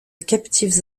captifs